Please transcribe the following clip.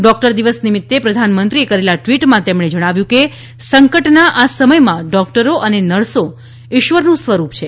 doctor દિવસ નીમિત્તે પ્રધાનમંત્રીએ કરેલા ટવીટમાં તેમણે જણાવ્યું છે કે સંકટના આ સમયમાં ડોકટરો અને નર્સો ઇશ્વરનું સ્વરૂપ છે